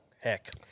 Heck